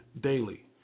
daily